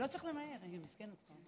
אני מתנצלת, אנחנו מחכים למשפחה שתיכנס.